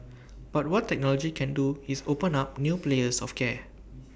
but what technology can do is open up new players of care